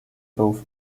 both